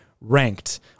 ranked